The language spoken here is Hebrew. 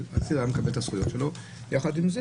עציר היה מקבל את הזכויות שלו ויחד עם זה